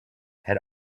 had